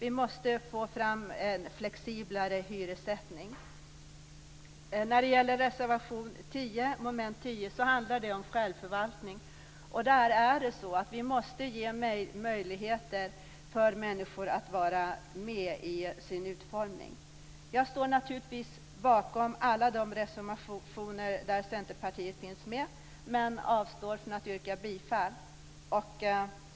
Vi måste få fram en flexiblare hyressättning. Reservation 10 mom. 10 handlar om självförvaltning. Vi måste ge möjligheter för människor att vara med vid utformningen av deras boende. Jag står naturligtvis bakom alla de reservationer där Centerpartiet finns med, men avstår från att yrka bifall.